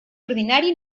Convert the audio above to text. ordinari